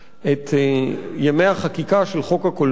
את ימי החקיקה של חוק הקולנוע,